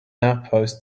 outpost